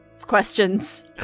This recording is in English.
questions